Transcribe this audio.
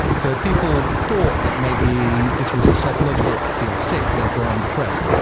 so people thought that maybe this was psychological i feel sick, therefore i'm depressed.